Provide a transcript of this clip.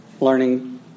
Learning